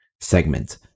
segment